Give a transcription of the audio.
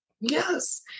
Yes